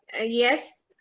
yes